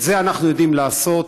את זה אנחנו יודעים לעשות,